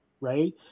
right